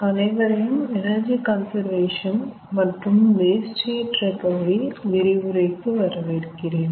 அனைவரையும் energy conservation மற்றும் waste heat recovery விரிவுரைக்கு வரவேற்கிறேன்